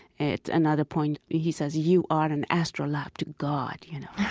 at another point, he says, you are an astrolabe to god, you know?